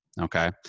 Okay